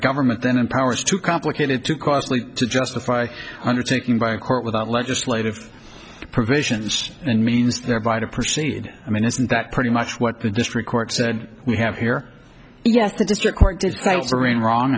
government then and powers too complicated too costly to justify undertaking by a court without legislative provisions and means thereby to proceed i mean isn't that pretty much what the district court said we have here ye